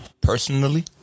personally